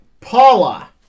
Paula